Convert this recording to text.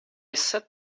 set